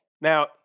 Now